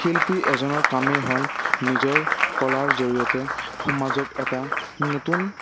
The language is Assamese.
শিল্পী এজনৰ কামেই হ'ল নিজৰ কলাৰ জৰিয়তে সমাজক এটা নতুন